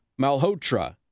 Malhotra